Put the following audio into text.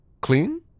Clean